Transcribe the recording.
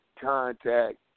contact